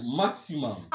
maximum